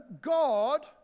God